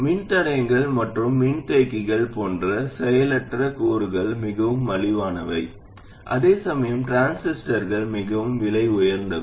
மின்தடையங்கள் மற்றும் மின்தேக்கிகள் போன்ற செயலற்ற கூறுகள் மிகவும் மலிவானவை அதேசமயம் டிரான்சிஸ்டர்கள் மிகவும் விலை உயர்ந்தவை